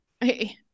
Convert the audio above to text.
Hey